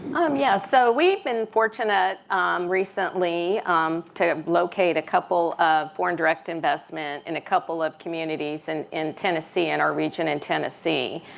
um yes. so we've been fortunate recently to locate a couple of foreign direct investment in a couple of communities and in tennessee in our region in tennessee.